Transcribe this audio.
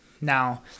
Now